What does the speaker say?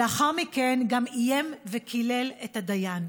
לאחר מכן הוא גם איים וקילל את הדיין.